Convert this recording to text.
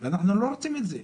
ואנחנו לא רוצים את זה.